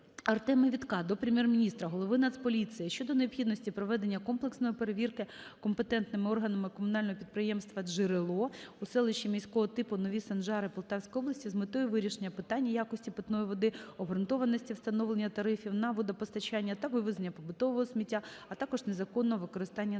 Артема Вітка до Прем'єр-міністра, голови Нацполіції щодо необхідності проведення комплексної перевірки компетентними органами комунального підприємства "Джерело" у селищі міського типу Нові Санжари Полтавської області з метою вирішення питання якості питної води, обґрунтованості встановлення тарифів на водопостачання та вивезення побутового сміття, а також незаконного використання надр.